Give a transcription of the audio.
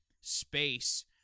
space